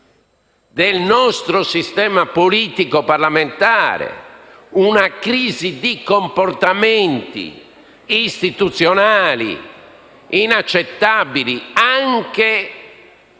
del nostro sistema politico parlamentare, una crisi di comportamenti istituzionali inaccettabili, anche